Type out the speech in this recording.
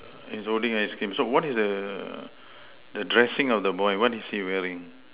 he's holding ice cream so what is the the dressing of the boy what is he wearing